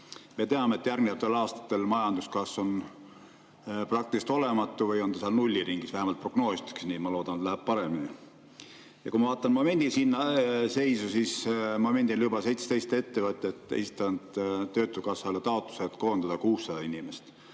Me teame, et järgnevatel aastatel on majanduskasv praktiliselt olematu või on nulli ringis, vähemalt prognoositakse nii. Ma loodan, et läheb paremini. Kui ma vaatan momendi seisu, siis momendil on juba 17 ettevõtet esitanud töötukassale taotluse, et koondada 600 inimest.